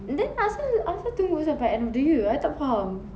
then asal asal tunggu sampai end of the year I tak faham